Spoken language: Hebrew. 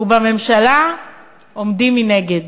ובממשלה עומדים מנגד.